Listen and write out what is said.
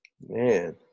Man